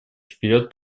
вперед